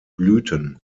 blüten